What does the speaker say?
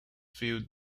fill